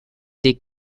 des